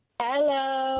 Hello